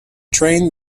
train